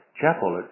chapel